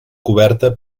coberta